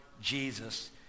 Jesus